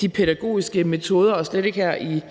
de pædagogiske metoder, og slet ikke her i